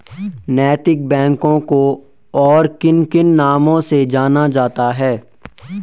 नैतिक बैंकों को और किन किन नामों से जाना जाता है?